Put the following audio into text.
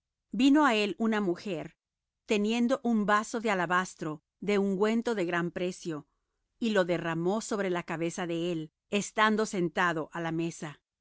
vino á él una mujer teniendo un vaso de alabastro de unguento de gran precio y lo derramó sobre la cabeza de él estando sentado á la mesa